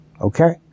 Okay